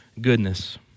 Goodness